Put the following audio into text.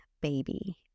baby